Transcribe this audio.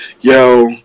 yo